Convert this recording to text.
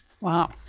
Wow